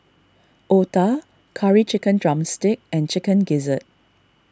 Otah Curry Chicken Drumstick and Chicken Gizzard